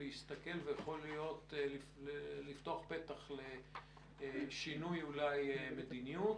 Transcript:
ויכול להיות לפתוח פתח לשינוי מדיניות,